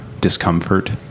discomfort